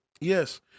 Yes